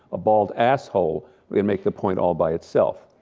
a bald asshole will make the point all by itself.